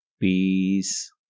Peace